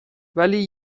ولی